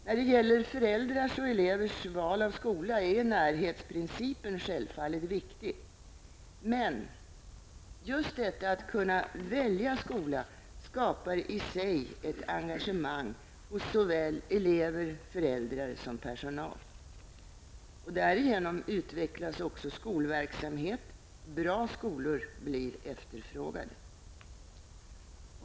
När det gäller föräldrars och elevers val av skola är närhetsprincipen självfallet viktig. Men att kunna välja skola skapar i sig ett engagemang hos såväl elever och föräldrar som personal. Därigenom utvecklas även skolverksamheten. Bra skolor blir efterfrågade.